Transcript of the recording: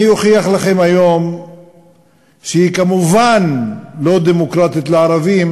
אני אוכיח לכם היום שהיא כמובן לא דמוקרטית לערבים,